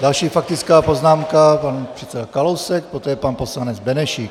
Další faktická poznámka pan předseda Kalousek, poté pan poslanec Benešík.